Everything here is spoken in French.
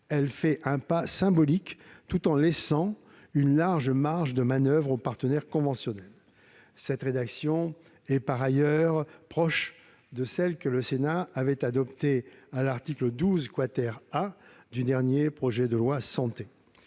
elle fait un pas symbolique, tout en laissant une large marge de manoeuvre aux partenaires conventionnels. Cette rédaction est, par ailleurs, proche de celle que le Sénat avait adoptée à l'article 12 A du dernier projet de loi